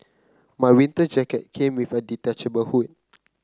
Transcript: my winter jacket came with a detachable hood